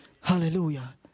Hallelujah